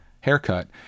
haircut